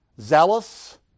zealous